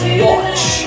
watch